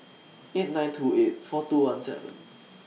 eight nine two eight four two one seven